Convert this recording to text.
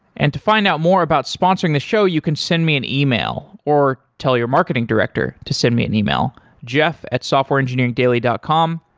and to find out more about sponsoring the show, you can send me an email or tell your marketing director to send me an email, jeff at softwareengineeringdaily dot com.